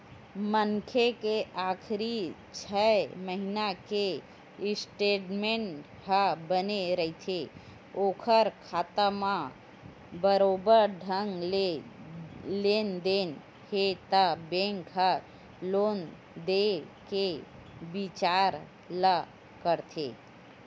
मनखे के आखरी छै महिना के स्टेटमेंट ह बने रथे ओखर खाता म बरोबर ढंग ले लेन देन हे त बेंक ह लोन देय के बिचार ल करथे